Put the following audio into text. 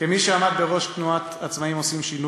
כמי שעמד בראש תנועת "עצמאים עושים שינוי",